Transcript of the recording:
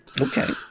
Okay